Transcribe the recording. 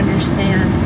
Understand